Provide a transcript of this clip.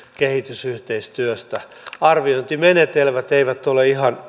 kehitysyhteistyöstä myöskään arviointimenetelmät eivät ole ihan